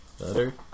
better